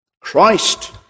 Christ